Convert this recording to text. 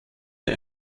der